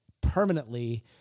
permanently